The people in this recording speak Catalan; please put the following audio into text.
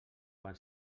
quan